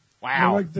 Wow